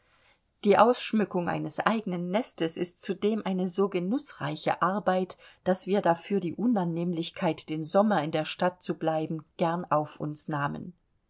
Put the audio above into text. die ausschmückung eines eigenen nestes ist zudem eine so genußreiche arbeit daß wir dafür die unannehmlichkeit den sommer in der stadt zu bleiben gern auf uns nahmen